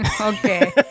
Okay